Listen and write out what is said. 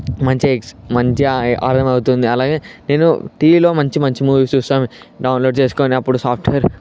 మంచిగా ఎక్స్ మంచిగా అర్ధమవుతుంది అలాగే నేను టీవీలో మంచి మంచి మూవీస్ చూస్తాను డౌన్లోడ్ చేసుకోని అప్పుడు సాఫ్ట్వేర్